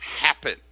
happen